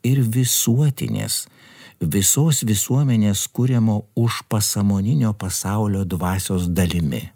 ir visuotinės visos visuomenės kuriamo už pasąmoninio pasaulio dvasios dalimi